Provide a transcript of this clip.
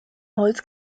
holz